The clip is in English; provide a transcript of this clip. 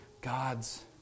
God's